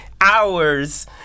hours